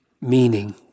meaning